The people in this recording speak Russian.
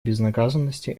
безнаказанности